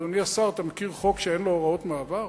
אדוני השר, אתה מכיר חוק שאין לו הוראות מעבר?